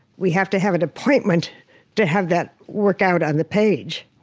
we have to have an appointment to have that work out on the page.